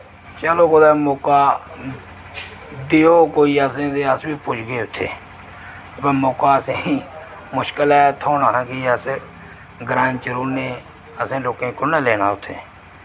चलो कुतै मौका देग कोई असें ते अस बी पुजगे उत्थै व मौका असें मुश्कल ऐ थ्होना कि अस ग्राएं च रौह्ने असें लोकें ई कु'न लेना उत्थै